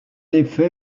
effet